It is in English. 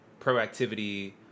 proactivity